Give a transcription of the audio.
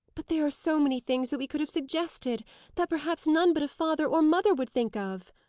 but there are so many things that we could have suggested that perhaps none but a father or mother would think of!